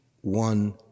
one